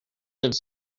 lives